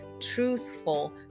truthful